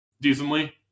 decently